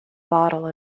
bottle